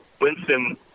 Winston